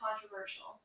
controversial